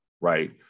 right